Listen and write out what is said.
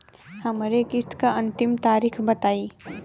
हमरे किस्त क अंतिम तारीख बताईं?